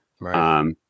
Right